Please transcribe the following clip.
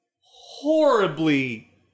horribly